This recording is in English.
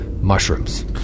mushrooms